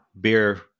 beer